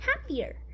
happier